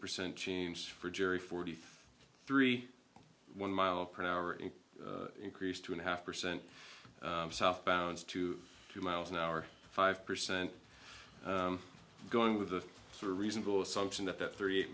percent change for jerry forty three one mile per hour and increased two and a half percent southbound to two miles an hour five percent going with the sort of reasonable assumption that that thirty eight